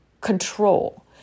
control